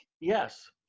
Yes